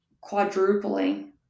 quadrupling